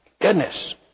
goodness